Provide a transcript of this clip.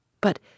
But